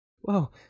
Whoa